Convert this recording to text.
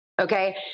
Okay